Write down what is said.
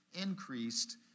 increased